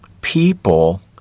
people